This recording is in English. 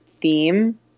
theme